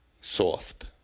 soft